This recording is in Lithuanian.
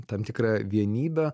tam tikrą vienybę